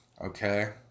Okay